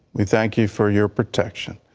we thank you for your protection.